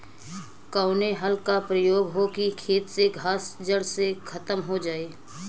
कवने हल क प्रयोग हो कि खेत से घास जड़ से खतम हो जाए?